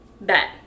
Bet